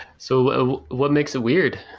so what makes it weird?